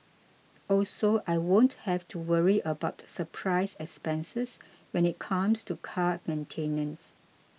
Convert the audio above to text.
also I won't have to worry about surprise expenses when it comes to car maintenance